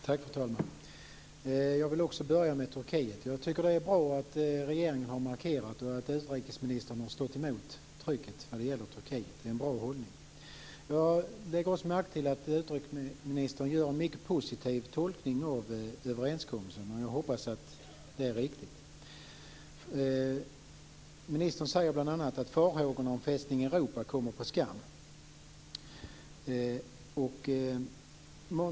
Fru talman! Jag vill också börja med Turkiet. Jag tycker att det är bra att regeringen har markerat och att utrikesministern har stått emot trycket när det gäller Turkiet. Det är en bra hållning. Jag lägger också märke till att utrikesministern gör en mycket positiv tolkning av överenskommelsen, och jag hoppas att det är riktigt. Ministern säger bl.a. att farhågorna om "Fästning Europa" kommer på skam.